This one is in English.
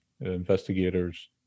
Investigators